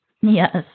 Yes